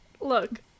Look